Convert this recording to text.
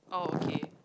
oh okay